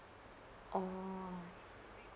oh